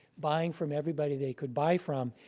buying from everybody they could buy from.